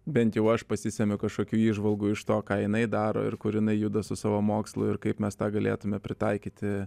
bent jau aš pasisemiu kažkokių įžvalgų iš to ką jinai daro ir kur jinai juda su savo mokslu ir kaip mes tą galėtume pritaikyti